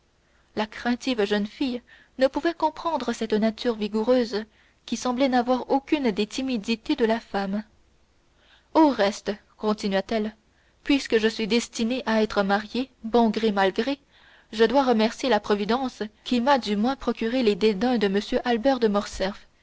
la craintive jeune fille ne pouvait comprendre cette nature vigoureuse qui semblait n'avoir aucune des timidités de la femme au reste continua-t-elle puisque je suis destinée à être mariée bon gré mal gré je dois remercier la providence qui m'a du moins procuré les dédains de m albert de morcerf